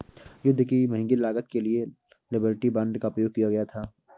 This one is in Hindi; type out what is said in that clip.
युद्ध की महंगी लागत के लिए लिबर्टी बांड का उपयोग किया गया था